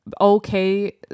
okay